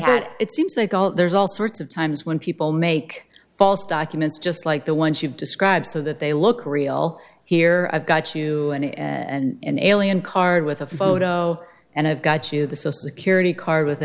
but it seems like all there's all sorts of times when people make false documents just like the ones you describe so that they look real here i've got two in and alien card with a photo and i've got you the social security card with a